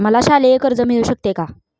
मला शालेय कर्ज मिळू शकते का?